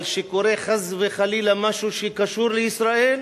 אבל כשקורה, חס וחלילה, משהו שקשור לישראל,